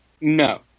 No